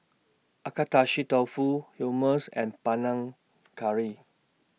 Agedashi Dofu Hummus and Panang Curry